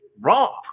wrong